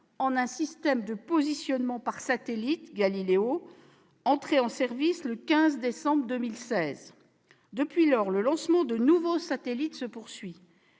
en un système de positionnement par satellites entré en service le 15 décembre 2016. Depuis lors, le lancement de nouveaux satellites se poursuit